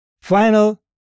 Final